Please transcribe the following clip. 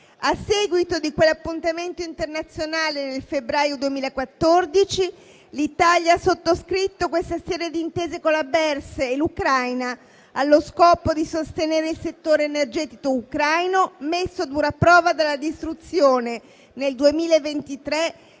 A seguito di quell'appuntamento internazionale nel febbraio 2014 l'Italia ha sottoscritto questa serie di intese con la BERS e l'Ucraina allo scopo di sostenere il settore energetico ucraino, messo a dura prova dalla distruzione nel 2023